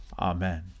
Amen